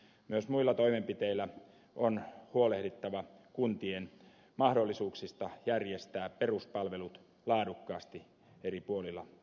myös muilla toimenpiteillä on huolehdittava kuntien mahdollisuuksista järjestää peruspalvelut laadukkaasti eri puolilla maatamme